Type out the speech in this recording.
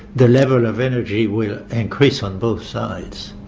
the level of energy will increase on both sides.